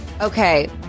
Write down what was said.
Okay